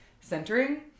centering